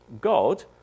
God